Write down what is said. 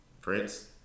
prince